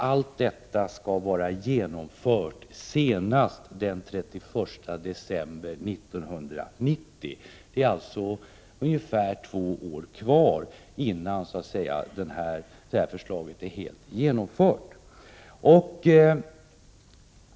Allt detta skall vara genomfört senast den 31 december 1990. Det är alltså ungefär två år kvar tills beslutet är helt genomfört.